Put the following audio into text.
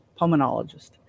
pulmonologist